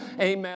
Amen